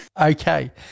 Okay